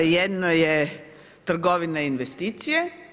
Jedno je trgovina i investicije.